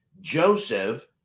Joseph